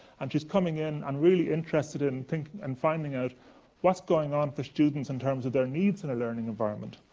and she's coming in and really interested in and finding out what's going on for students in terms of their needs in a learning environment?